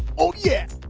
oh yeah.